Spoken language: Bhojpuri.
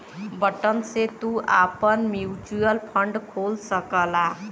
बटन से तू आपन म्युचुअल फ़ंड खोल सकला